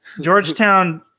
Georgetown